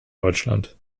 deutschland